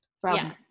from-